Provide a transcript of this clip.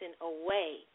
away